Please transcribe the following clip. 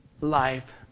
life